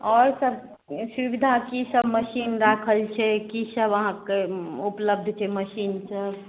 आओर सब सुविधा कि सब मशीन राखल छै कि सब अहाँके उपलब्ध छै मशीन छै